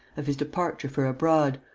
of his departure for abroad,